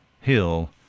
Hill